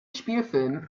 spielfilmen